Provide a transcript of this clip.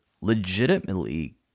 legitimately